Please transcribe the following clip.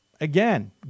again